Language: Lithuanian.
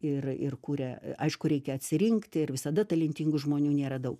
ir ir kuria aišku reikia atsirinkti ir visada talentingų žmonių nėra daug